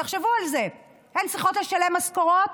תחשבו על זה, הן צריכות לשלם משכורות.